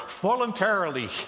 voluntarily